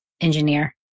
engineer